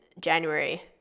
January